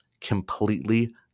completely